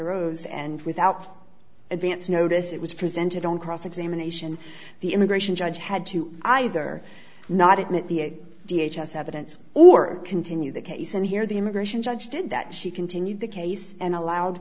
arose and without advance notice it was presented on cross examination the immigration judge had to either not admit the d h as evidence or continue the case and here the immigration judge did that she continued the case and allowed